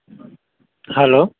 hello